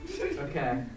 Okay